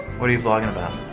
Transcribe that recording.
what are you vlogging about?